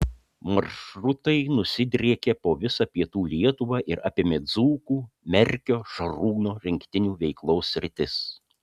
maršrutai nusidriekė po visą pietų lietuvą ir apėmė dzūkų merkio šarūno rinktinių veiklos sritis